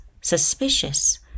suspicious